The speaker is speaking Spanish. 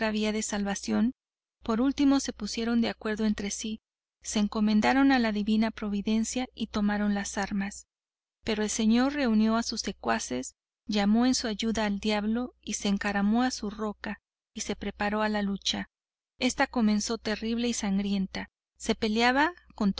vía de salvación por último se pusieron de acuerdo entre si se encomendaron a la divina providencia y tomaron las armas pero el señor reunió a sus secuaces llamó en su ayuda al diablo se encaramó a su roca y se preparó a la lucha esta comenzó terrible y sangrienta se peleaba con